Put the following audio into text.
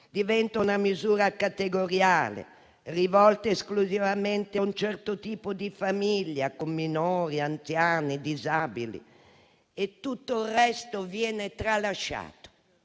diventa una misura categoriale rivolta esclusivamente a un certo tipo di famiglia con minori, anziani, disabili e tutto il resto viene tralasciato.